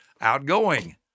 outgoing